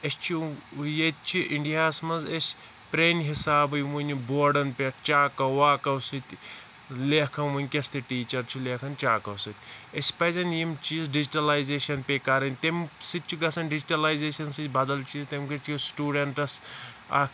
أسۍ چھُ ییٚتہِ چھُ اِنڈِیا ہَس منٛز أسۍ پرانہِ حِسابٕے وُنہِ بوڑن پٮ۪ٹھ چاکَو واکَو سۭتۍ لیٚکھان وِنکیٚس تہِ ٹیٖچَر چھُ لیٚکھان چاکَو سۭتۍ اَسہِ پَزَن یِم چیز ڈِجِٹَلَیزیشَن پیہِ کَرٕنۍ تمہِ سۭتۍ چھُ گَژھان ڈِجِٹَلَیزیشَن سۭتۍ بَدِل چیٖز سِٹوڈَنٹَس اَکھ